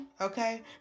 Okay